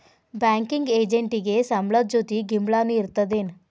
Banking ಎಜೆಂಟಿಗೆ ಸಂಬ್ಳದ್ ಜೊತಿ ಗಿಂಬ್ಳಾನು ಇರ್ತದೇನ್?